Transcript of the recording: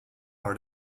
are